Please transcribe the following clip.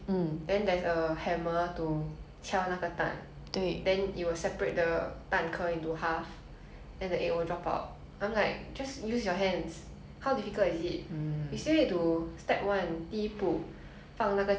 then the egg will drop out I'm like just use your hands how difficult is it you still need to step one 第一步放那个鸡蛋上面 step two 第二步 crack the egg and then step three you still need to throw the egg shell